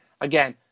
Again